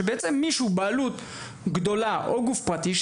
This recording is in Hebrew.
שמי שהוא בעלות גדולה או גוף פרטי,